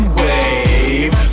wave